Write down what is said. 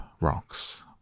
rocks